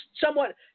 somewhat